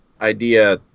idea